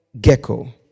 gecko